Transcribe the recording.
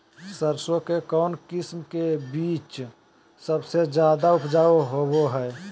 सरसों के कौन किस्म के बीच सबसे ज्यादा उपजाऊ होबो हय?